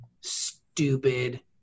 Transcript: stupid